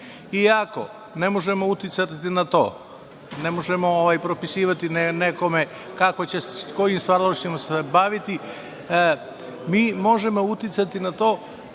Iako ne možemo uticati na to, ne možemo propisivati nekome kojim stvaralaštvom će se baviti, mi možemo uticati na to